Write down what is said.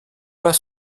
pas